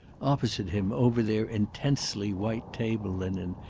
opposite him over their intensely white table-linen,